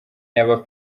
yaba